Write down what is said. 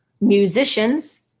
musicians